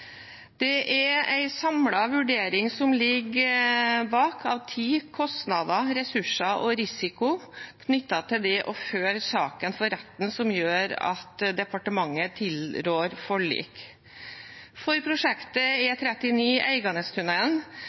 Det er en samlet vurdering av tid, kostnader, ressurser og risiko knyttet til det å føre saken for retten som ligger bak, og som gjør at departementet tilrår forlik. For prosjektet E39 Eiganestunnelen